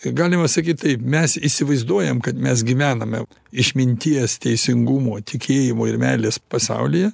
galima sakyt taip mes įsivaizduojam kad mes gyvename išminties teisingumo tikėjimo ir meilės pasaulyje